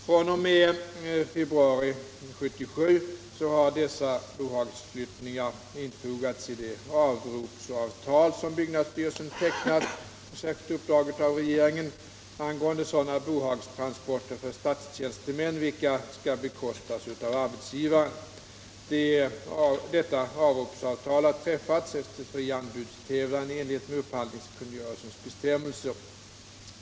fr.o.m. februari 1977 har dessa bohagsflyttningar infogats i det avropsavtal som byggnadsstyrelsen tecknat — på särskilt uppdrag av regeringen — angående sådana bohagstransporter för statstjänstemän, vilka skall bekostas av arbetsgivaren. Detta avropsavtal har träffats efter fri anbudstävlan i enlighet med upphandlingskungörelsens bestämmelser.